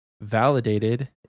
validated